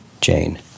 Jane